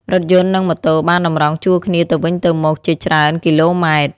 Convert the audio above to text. រថយន្តនឹងម៉ូតូបានតម្រង់ជួរគ្នាទៅវិញទៅមកជាច្រើនគីឡូម៉ែត្រ។